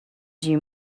you